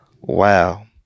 Wow